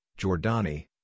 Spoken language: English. Giordani